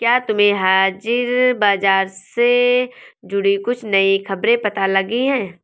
क्या तुम्हें हाजिर बाजार से जुड़ी कुछ नई खबरें पता लगी हैं?